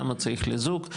כמה צריך לזוג,